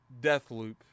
Deathloop